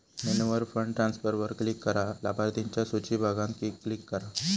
मेन्यूवर फंड ट्रांसफरवर क्लिक करा, लाभार्थिंच्या सुची बघान क्लिक करा